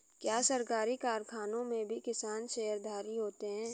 क्या सरकारी कारखानों में भी किसान शेयरधारी होते हैं?